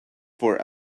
for